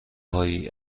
هایی